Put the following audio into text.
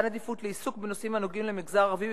מתן עדיפות לעיסוק בנושאים הנוגעים למגזר הערבי